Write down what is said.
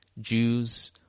Jews